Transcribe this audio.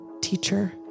teacher